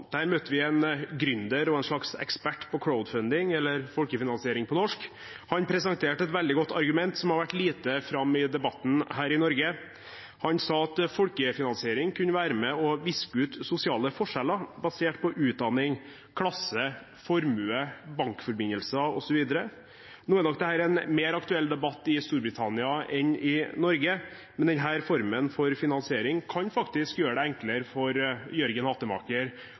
Der møtte vi en gründer og en slags ekspert på crowdfunding, eller folkefinansiering på norsk. Han presenterte et veldig godt argument som har vært lite framme i debatten her i Norge. Han sa at folkefinansiering kunne være med og viske ut sosiale forskjeller basert på utdanning, klasse, formue, bankforbindelser osv. Nå er nok dette en mer aktuell debatt i Storbritannia enn i Norge, men denne formen for finansiering kan faktisk gjøre det enklere for Jørgen Hattemaker